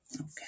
Okay